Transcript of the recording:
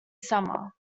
summer